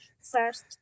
first